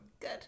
Good